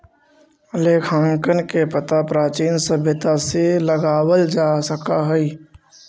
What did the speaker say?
लेखांकन के पता प्राचीन सभ्यता से लगावल जा सकऽ हई